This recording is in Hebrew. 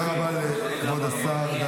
אתה עכשיו שואל אותי?